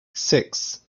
six